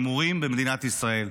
הימורים במדינת ישראל.